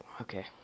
okay